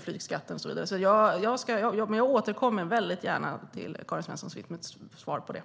flygskatt och så vidare. Jag återkommer gärna till Karin Svensson Smith med ett svar.